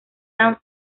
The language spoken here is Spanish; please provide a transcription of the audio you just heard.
dan